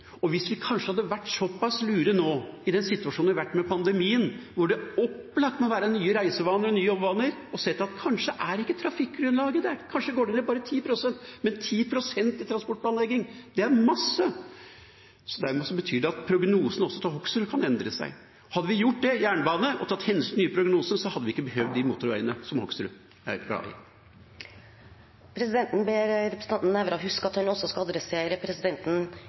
og at vi kanskje hadde vært lure i den situasjonen vi har vært i med pandemien, og det opplagt må bli nye reisevaner og nye jobbvaner, og sett at kanskje trafikkgrunnlaget ikke er der. Kanskje går det ned bare 10 pst., men 10 pst. i transportplanlegging er masse. Dermed betyr det at også prognosene til Hoksrud kan endre seg. Hadde vi gjort det – jernbane – og tatt hensyn til de nye prognosene, hadde vi ikke behøvd de motorveiene som Hoksrud er glad i. Presidenten ber representanten Nævra huske at han skal henvende seg til presidenten